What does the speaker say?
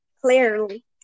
clearly